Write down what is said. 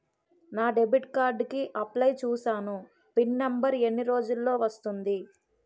నా debit card కి apply చూసాను పిన్ నంబర్ ఎన్ని రోజుల్లో వస్తుంది?